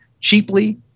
cheaply